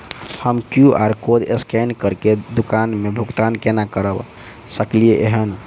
हम QR code scan करके दुकान मे भुगतान केना करऽ सकलिये एहन?